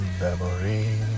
memories